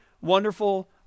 wonderful